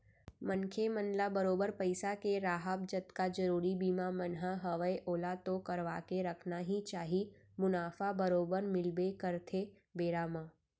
मनखे मन ल बरोबर पइसा के राहब जतका जरुरी बीमा मन ह हवय ओला तो करवाके रखना ही चाही मुनाफा बरोबर मिलबे करथे बेरा म